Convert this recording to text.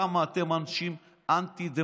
כמה אתם אנשים אנטי-דמוקרטיים,